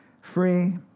Free